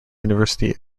university